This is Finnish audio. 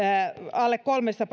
alle kolmessa